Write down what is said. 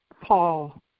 Paul